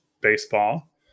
baseball